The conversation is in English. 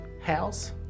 House